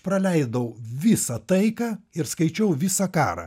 praleidau visą taiką ir skaičiau visą karą